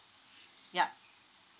yup